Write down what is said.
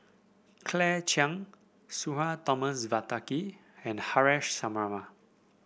Claire Chiang Sudhir Thomas Vadaketh and Haresh Sharma